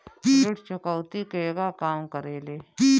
ऋण चुकौती केगा काम करेले?